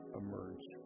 emerge